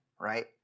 right